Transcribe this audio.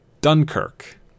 Dunkirk